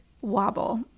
wobble